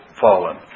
fallen